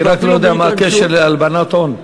אני רק לא יודע מה הקשר להלבנת הון.